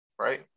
right